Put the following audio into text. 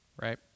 right